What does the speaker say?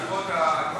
כלכלה.